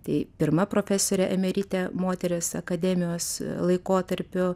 tai pirma profesorė emeritė moteris akademijos laikotarpiu